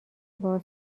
باهات